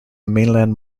mainland